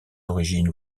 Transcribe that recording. origines